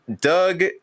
Doug